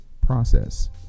process